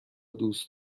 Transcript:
دوست